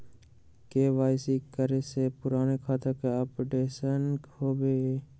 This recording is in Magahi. के.वाई.सी करें से पुराने खाता के अपडेशन होवेई?